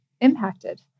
impacted